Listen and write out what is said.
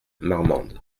marmande